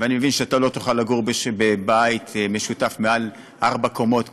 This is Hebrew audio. ואני מבין שאתה לא תוכל לגור בבית משותף עם יותר מארבע קומות,